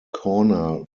corner